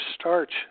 starch